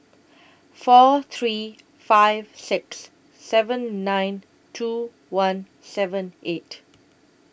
four three five six seven nine two one seven eight